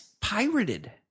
pirated